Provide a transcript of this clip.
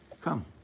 Come